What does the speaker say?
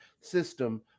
system